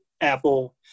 Apple